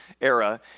era